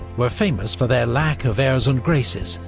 were famous for their lack of airs and graces,